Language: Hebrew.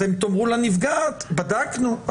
אתם תאמרו לנפגעת בדקנו,